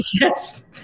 Yes